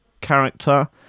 character